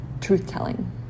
truth-telling